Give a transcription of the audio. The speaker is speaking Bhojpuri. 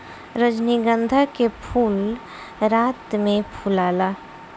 रजनीगंधा के फूल रात में फुलाला